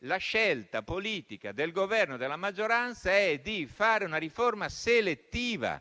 la scelta politica del Governo e della maggioranza è di fare una riforma selettiva,